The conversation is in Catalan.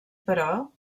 però